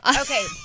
Okay